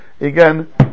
again